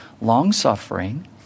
long-suffering